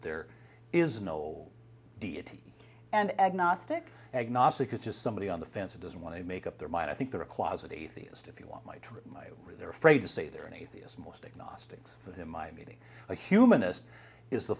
there is no deity and agnostic agnostic is just somebody on the fence or doesn't want to make up their mind i think they're a closet atheist if you want my true my they're afraid to say they're an atheist most exhausting for him my beauty a humanist is the